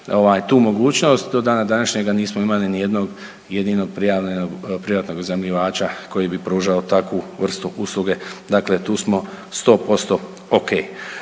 tu mogućnost do dana današnjega nismo imali ni jednog jedinog prijavljenog iznajmljivača koji bi pružao takvu vrstu usluge. Dakle, tu smo 100% ok.